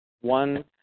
one